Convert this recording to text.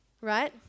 Right